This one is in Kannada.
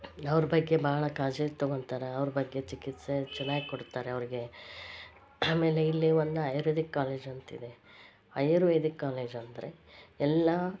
ಅವ್ರ ಬಗ್ಗೆ ಭಾಳ ಕಾಳಜಿ ತಗೊತಾರೆ ಅವ್ರ ಬಗ್ಗೆ ಚಿಕಿತ್ಸೆ ಚೆನ್ನಾಗ್ ಕೊಡ್ತಾರೆ ಅವ್ರಿಗೆ ಆಮೇಲೆ ಇಲ್ಲಿ ಒಂದು ಆಯುರ್ವೇದಿಕ್ ಕಾಲೇಜ್ ಅಂತಿದೆ ಆಯುರ್ವೇದಿಕ್ ಕಾಲೇಜು ಅಂದರೆ ಎಲ್ಲ